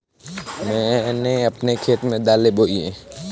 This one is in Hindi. मैंने अपने खेत में दालें बोई हैं